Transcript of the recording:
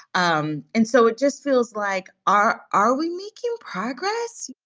um and so it just feels like are are we making progress?